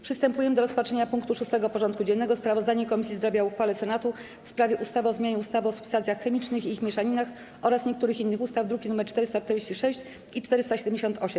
Przystępujemy do rozpatrzenia punktu 6. porządku dziennego: Sprawozdanie Komisji Zdrowia o uchwale Senatu w sprawie ustawy o zmianie ustawy o substancjach chemicznych i ich mieszaninach oraz niektórych innych ustaw (druki nr 446 i 478)